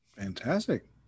Fantastic